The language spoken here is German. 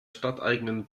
stadteigenen